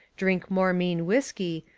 drink more mean whiskey,